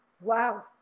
Wow